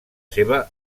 seva